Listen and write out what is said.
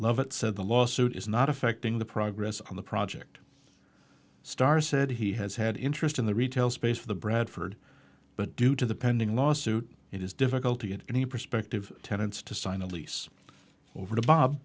lovett said the lawsuit is not affecting the progress on the project starr said he has had interest in the retail space for the bradford but due to the pending lawsuit it is difficult to get any prospective tenants to sign a lease over to bob